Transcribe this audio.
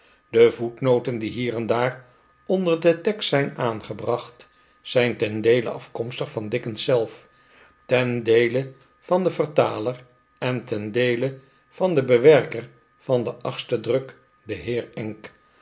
de voetnoten die hier en daar onder den tekst zijn aangebracht zijn ten deele afkomstig van dickens zelf ten deele van den vertaler en ten deele van den bewerker van den achtsten druk den heer enk